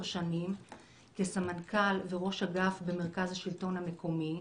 שנים כסמנכ"ל וראש אגף במרכז השלטון המקומי,